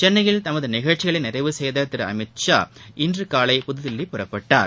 சென்னையில் தனது நிகழ்ச்சிகளை நிறைவு செய்த திரு அமித் ஷா இன்று காலை புதுதில்லி புறப்பட்டார்